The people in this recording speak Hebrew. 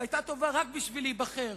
שהיתה טובה רק בשביל להיבחר.